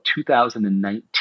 2019